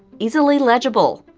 easily legible.